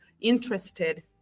interested